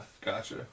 Gotcha